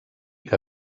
que